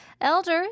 Elders